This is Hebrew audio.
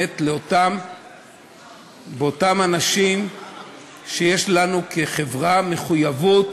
לאותם אנשים שיש לנו כחברה מחויבות